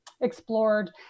explored